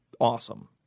awesome